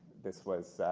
this was